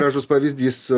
gražus pavyzdys